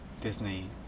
Disney